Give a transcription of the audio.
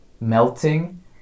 melting